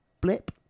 blip